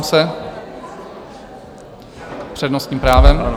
S přednostním právem?